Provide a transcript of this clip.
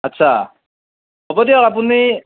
আচ্ছা হ'ব দিয়ক আপুনি